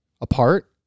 apart